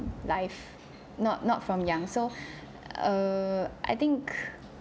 life not not from young so err I think